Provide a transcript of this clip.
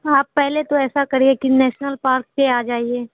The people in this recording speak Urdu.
آپ پہلے تو ایسا کریے کہ نیشنل پارک پہ آ جائیے